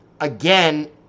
again